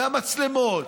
והמצלמות,